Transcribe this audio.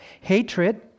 hatred